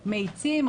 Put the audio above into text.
מאיצים,